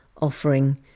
offering